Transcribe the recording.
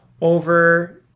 Over